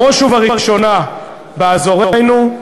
בראש ובראשונה באזורנו,